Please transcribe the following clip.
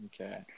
Okay